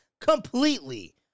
completely